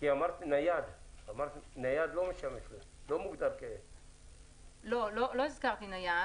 כי אמרת שנייד לא מוגדר --- לא הזכרתי נייד.